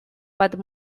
but